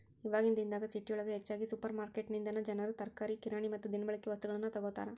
ಇವಾಗಿನ ದಿನದಾಗ ಸಿಟಿಯೊಳಗ ಹೆಚ್ಚಾಗಿ ಸುಪರ್ರ್ಮಾರ್ಕೆಟಿನಿಂದನಾ ಜನರು ತರಕಾರಿ, ಕಿರಾಣಿ ಮತ್ತ ದಿನಬಳಿಕೆ ವಸ್ತುಗಳನ್ನ ತೊಗೋತಾರ